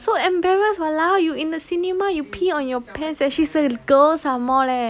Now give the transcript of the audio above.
so embarrass !walao! you in the cinema you pee on your pants then she's a girl some more leh